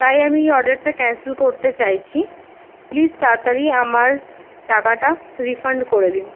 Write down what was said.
তাই আমি এই অর্ডারটা ক্যানসেল করতে চাইছি প্লিস তাড়াতাড়ি আমার টাকাটা রিফান্ড করে দিন